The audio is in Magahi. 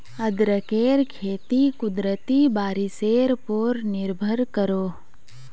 अदरकेर खेती कुदरती बारिशेर पोर निर्भर करोह